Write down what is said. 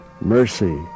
mercy